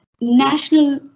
national